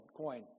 coin